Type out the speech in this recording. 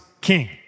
king